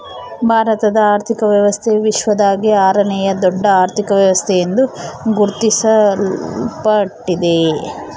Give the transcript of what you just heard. ಭಾರತದ ಆರ್ಥಿಕ ವ್ಯವಸ್ಥೆ ವಿಶ್ವದಾಗೇ ಆರನೇಯಾ ದೊಡ್ಡ ಅರ್ಥಕ ವ್ಯವಸ್ಥೆ ಎಂದು ಗುರುತಿಸಲ್ಪಟ್ಟಿದೆ